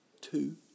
two